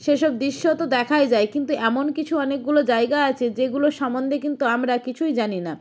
সেসব দৃশ্য তো দেখাই যায় কিন্তু এমন কিছু অনেকগুলো জায়গা আছে যেগুলোর সম্বন্ধে কিন্তু আমরা কিছুই জানি না